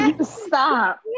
stop